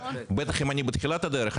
בטח אם אני בתחילת הדרך,